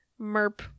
merp